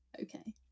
okay